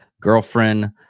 girlfriend